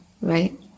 right